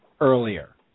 earlier